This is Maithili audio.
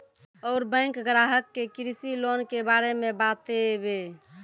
और बैंक ग्राहक के कृषि लोन के बारे मे बातेबे?